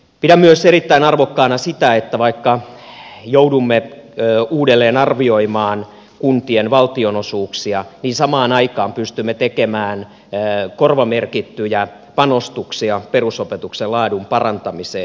pidän myös erittäin arvokkaana sitä että vaikka joudumme uudelleenarvioimaan kuntien valtionosuuksia niin samaan aikaan pystymme tekemään korvamerkittyjä panostuksia perusopetuksen laadun parantamiseen